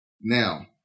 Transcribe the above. Now